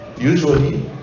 Usually